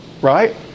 Right